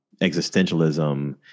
existentialism